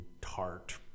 tart